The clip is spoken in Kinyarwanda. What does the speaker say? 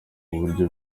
buryo